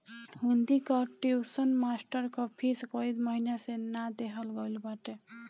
हिंदी कअ tuition master कअ fees कई महिना से ना देहल गईल बाटे